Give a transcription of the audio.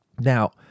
now